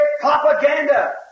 propaganda